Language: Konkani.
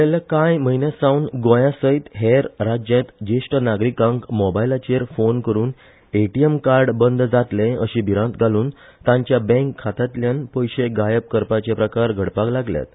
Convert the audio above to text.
गेल्या कांय म्हयन्यांसावन गोंयासयत हेर राज्यांत जेष्ठ नागरिकांक मोबायलाचेर फोन करून एटीएम कार्ड बंद जातले अशी भिरांत घालून तांच्या बँक खात्यांतल्यान पयशे गायब करपाचे प्रकार घडपाक लागल्यात